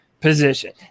position